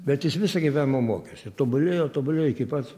bet jis visą gyvenimą mokėsi tobulėjo tobulėjo iki pat